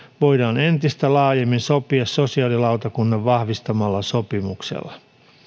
voidaan entistä laajemmin sopia sosiaalilautakunnan vahvistamalla sopimuksella